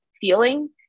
feeling